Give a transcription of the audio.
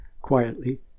quietly